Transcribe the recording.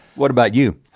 what about you?